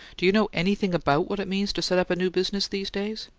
do you know anything about what it means to set up a new business these days?